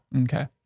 Okay